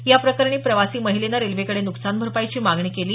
याप्रकरणी प्रवासी महिलेने रेल्वेकडे नुकसान भरपाईची मागणी केली